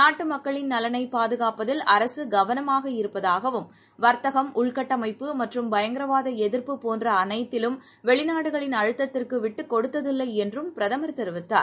நாட்டுமக்களின் நலனைப் பாதுகாப்பதில் அரசுகவனமாக இருப்பதாகவும் வர்த்தகம் உள்கட்டமைப்பு மற்றும் பயங்கரவாதஎதிர்ப்பு போன்றஅனைத்திலும் வெளிநாடுகளின் அழுத்ததிற்குவிட்டுக் கொடுத்ததில்லைஎன்றும் பிரதமர் தெரிவித்தார்